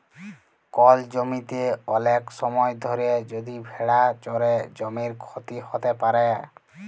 call জমিতে ওলেক সময় ধরে যদি ভেড়া চরে জমির ক্ষতি হ্যত প্যারে